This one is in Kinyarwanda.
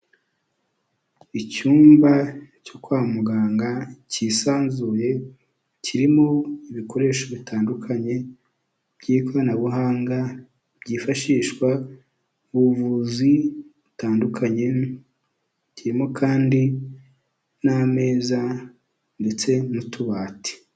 Icyumba cyo kwa muganga cyisanzuye kirimo ibikoresho bitandukanye by'ikoranabuhanga byifashishwa mu ubuvuzi butandukanye kirimo kandi n'ameza ndetse n'utubati.